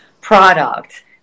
product